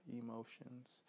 emotions